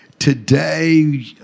Today